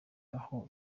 aho